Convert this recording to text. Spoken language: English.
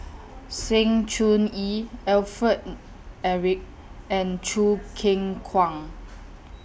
Sng Choon Yee Alfred Eric and Choo Keng Kwang